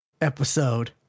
episode